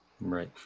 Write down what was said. right